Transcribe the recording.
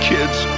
Kids